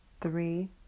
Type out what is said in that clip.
three